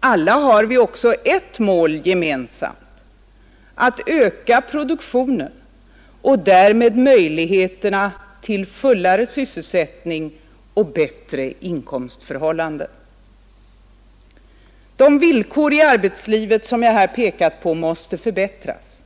Alla har också ett mål gemensamt: att öka produktionen och därmed möjligheterna till fullare sysselsättning och bättre inkomstförhållanden. De villkor i arbetslivet som jag här pekat på måste förbättras.